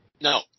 No